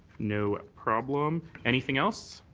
no problem. anything else?